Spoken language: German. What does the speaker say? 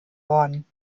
worden